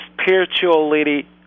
spirituality